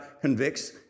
convicts